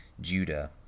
Judah